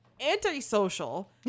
antisocial